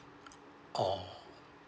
oh